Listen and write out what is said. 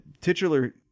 titular